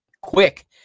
quick